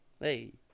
hey